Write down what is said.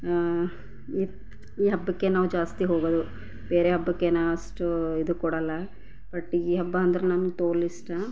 ಈ ಈ ಹಬ್ಬಕ್ಕೆ ನಾವು ಜಾಸ್ತಿ ಹೋಗೋದು ಬೇರೆ ಹಬ್ಬಕ್ಕೇನಾ ಅಷ್ಟು ಇದು ಕೊಡಲ್ಲ ಬಟ್ ಈ ಹಬ್ಬ ಅಂದ್ರೆ ನನಗೆ ತೋಲ್ ಇಷ್ಟ